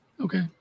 Okay